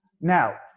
Now